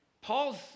Paul's